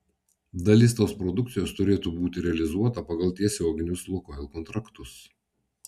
dalis tos produkcijos turėtų būti realizuota pagal tiesioginius lukoil kontraktus